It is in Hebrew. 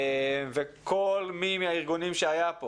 ומי מהארגונים שהיה פה